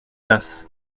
tasses